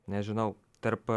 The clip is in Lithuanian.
nežinau tarp